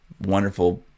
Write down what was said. wonderful